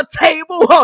table